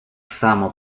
само